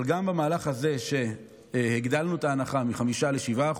אבל גם במהלך הזה שבו הגדלנו את ההנחה מ-5% ל-7%